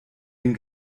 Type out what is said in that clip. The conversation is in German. den